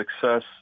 success